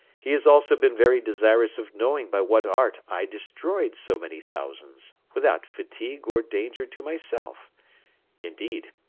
he has also been very desirous of knowing by what art i destroyed so many thousands, without fatigue or danger to myself indeed,